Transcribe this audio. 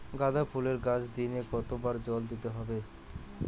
গাদা ফুলের গাছে দিনে কতবার জল দিতে হবে?